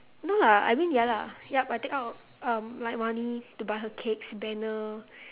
no lah I mean ya lah yup I take out um like money to buy her cakes banner